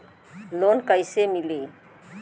Loan कईसे मिली?